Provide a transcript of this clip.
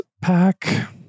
pack